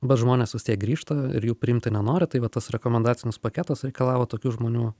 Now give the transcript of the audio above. bet žmonės vis tiek grįžta ir jų priimti nenori tai va tas rekomendacinis paketas reikalavo tokių žmonių